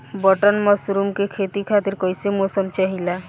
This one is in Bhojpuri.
बटन मशरूम के खेती खातिर कईसे मौसम चाहिला?